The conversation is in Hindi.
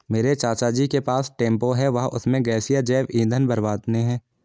मेरे चाचा जी के पास टेंपो है वह उसमें गैसीय जैव ईंधन भरवाने हैं